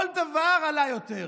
כל דבר עלה יותר.